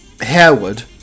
Harewood